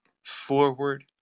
forward